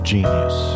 Genius